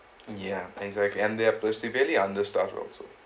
ya and it's like and their place very understaffed also